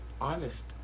honest